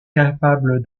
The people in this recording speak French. capable